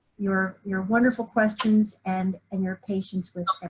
your your wonderful questions, and and your patience with